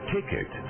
Ticket